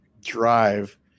drive